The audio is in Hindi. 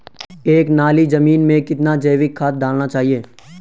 एक नाली जमीन में कितना जैविक खाद डालना चाहिए?